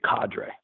cadre